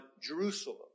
Jerusalem